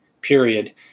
period